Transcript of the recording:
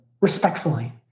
Respectfully